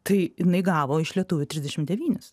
tai jinai gavo iš lietuvių trisdešimt devynis